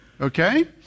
Okay